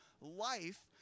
life